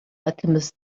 alchemist